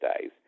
days